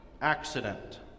accident